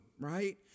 Right